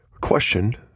Question